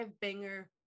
banger